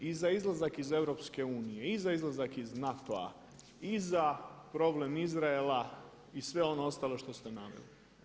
I za izlazak iz EU, i za izlazak iz NATO-a, i za problem Izraela i sve ono ostalo što ste naveli.